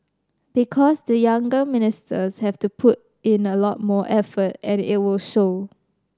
because the younger ministers have to put in a lot more effort and it will show